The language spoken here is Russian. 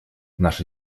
наша